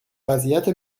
وضعیت